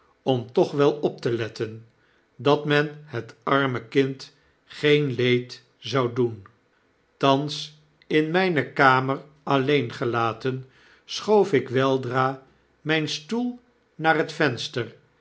om toch wel op te letten dat men het arme kind geen leed zou doen thans in myne kamer alleen gelaten schoof ik weldra myn stoel naar het venster